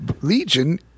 Legion